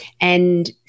And-